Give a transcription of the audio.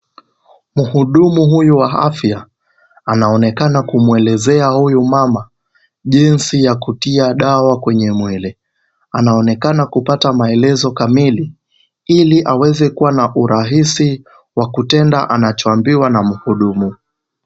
Mhudumu huyu wa afya anaonekana kumwelezea huyu mama jinsi ya kutia dawa kwenye mwili. Anaonekana kupata maelezo kamili ili aweze kuwa na urahisi wa kutenda anachoambiwa na mhudumu.